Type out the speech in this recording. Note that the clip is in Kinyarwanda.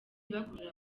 bakurura